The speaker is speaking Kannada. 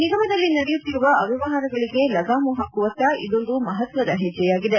ನಿಗಮದಲ್ಲಿ ನಡೆಯುತ್ತಿರುವ ಅವ್ಯವಹಾರಗಳಿಗೆ ಲಗಾಮು ಹಾಕುವತ್ತ ಇದೊಂದು ಮಹತ್ಯದ ಹೆಜ್ಲೆಯಾಗಿದೆ